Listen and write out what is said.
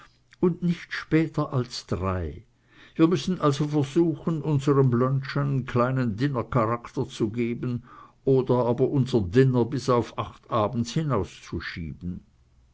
und nicht später als drei wir müssen also versuchen unserem lunch einen kleinen dinner charakter zu geben oder aber unser dinner bis auf acht uhr abends hinausschieben